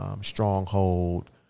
Stronghold